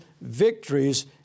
victories